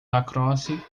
lacrosse